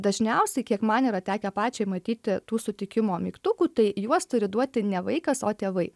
dažniausiai kiek man yra tekę pačiai matyti tų sutikimo mygtukų tai juos turi duoti ne vaikas o tėvai